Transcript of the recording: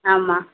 ஆமாம்